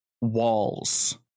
walls